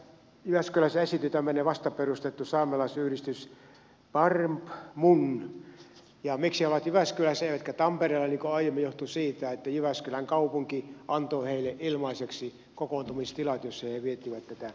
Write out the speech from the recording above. jyväskylässä esiintyi tämmöinen vasta perustettu saamelaisyhdistys barbmu ja se miksi he olivat jyväskylässä eivätkä tampereella niin kuin aiemmin johtui siitä että jyväskylän kaupunki antoi heille ilmaiseksi kokoontumistilat joissa he viettivät tätä merkkipäiväänsä